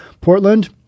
Portland